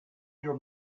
your